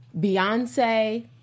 Beyonce